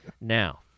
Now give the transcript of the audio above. Now